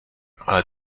ale